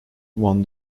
won